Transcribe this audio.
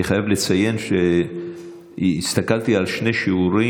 אני חייב לציין שהסתכלתי על שני שיעורים.